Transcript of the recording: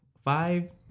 five